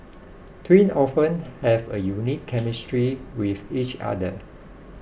twin often have a unique chemistry with each other